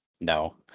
No